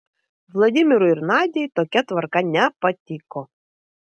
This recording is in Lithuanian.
vladimirui ir nadiai tokia tvarka nepatiko